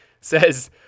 says